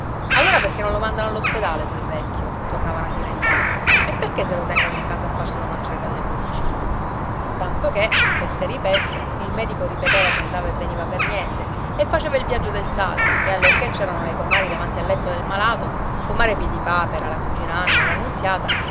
allora perché non lo mandano all'ospedale quel vecchio tornavano a dire gli altri e perché se lo tengono in casa a farselo mangiare dalle pulci tanto che pesta e ripesta il medico ripeteva che andava e veniva per niente e faceva il viaggio del sale e allorché c'erano le comari davanti al letto del malato comare piedipapera la cugina anna